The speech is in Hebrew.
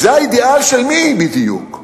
זה האידיאל של מי בדיוק?